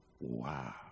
Wow